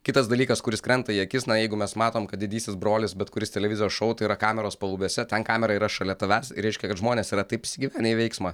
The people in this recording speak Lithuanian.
kitas dalykas kuris krenta į akis na jeigu mes matom kad didysis brolis bet kuris televizijos šou yra kameros palubėse ten kamera yra šalia tavęs reiškia kad žmonės yra taip įsigyvenę į veiksmą